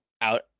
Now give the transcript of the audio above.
out